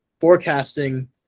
forecasting